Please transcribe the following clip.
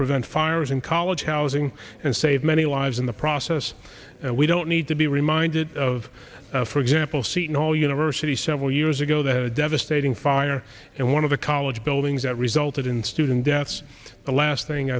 prevent fires in college housing and save many lives in the process we don't need to be reminded of for example seton hall university several years ago the devastating fire and one of the college buildings that resulted in student deaths the last thing